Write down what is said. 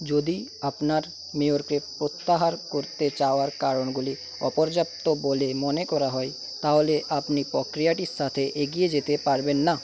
যদি আপনার মেয়রকে প্রত্যাহার করতে চাওয়ার কারণগুলি অপর্যাপ্ত বলে মনে করা হয় তাহলে আপনি প্রক্রিয়াটির সাথে এগিয়ে যেতে পারবেন না